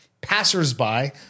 Passersby